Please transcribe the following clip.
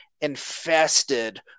infested